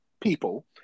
people